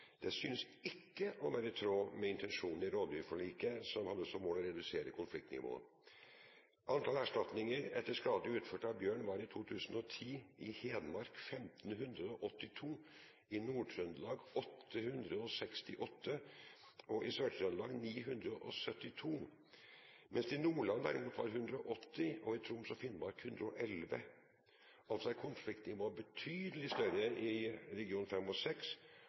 Det synes ikke å være i tråd med intensjonene i rovdyrforliket, som hadde som mål å redusere konfliktnivået. Antall erstatninger etter skade utført av bjørn var i 2010 i Hedmark 1 582, i Nord-Trøndelag 868 og i Sør-Trøndelag 972, mens det i Nordland derimot var 180 og i Troms og Finnmark 111. Altså er konfliktnivået betydelig større i regionene 5 og